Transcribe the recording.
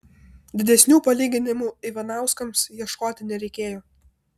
didesnių palyginimų ivanauskams ieškoti nereikėjo